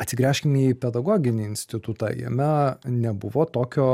atsigręžkime į pedagoginį institutą jame nebuvo tokio